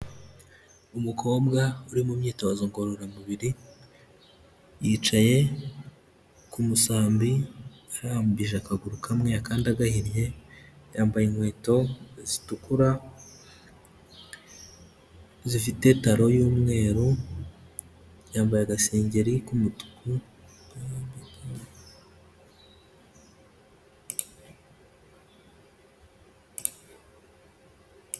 Umukobwa uri mu myitozo ngororamubiri yicaye ku musambi arambije akaguru kamwe akandi agahinnye, yambaye inkweto zitukura zifite taro y'umweru, yambaye agasengeri k'umutuku...